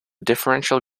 differential